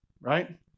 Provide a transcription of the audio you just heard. right